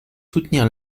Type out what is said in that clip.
soutenir